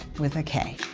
with a k.